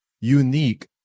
unique